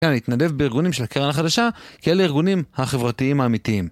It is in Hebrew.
אני אתנדב בארגונים של הקרן החדשה, כי אלה הארגונים החברתיים האמיתיים.